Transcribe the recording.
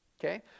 Okay